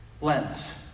lens